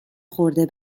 خورده